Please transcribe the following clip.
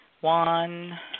One